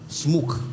smoke